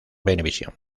venevisión